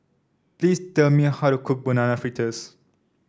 please tell me how to cook Banana Fritters